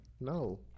No